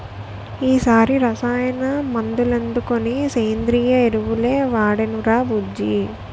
ఈ సారి రసాయన మందులెందుకని సేంద్రియ ఎరువులే వాడేనురా బుజ్జీ